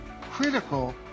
critical